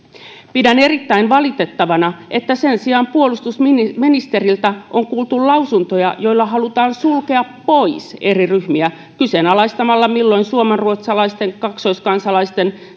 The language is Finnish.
pidän erittäin valitettavana että sen sijaan puolustusministeriltä on kuultu lausuntoja joilla halutaan sulkea pois eri ryhmiä kyseenalaistamalla milloin suomenruotsalaisten kaksoiskansalaisten